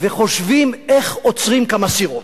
וחושבים איך עוצרים כמה סירות.